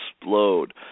explode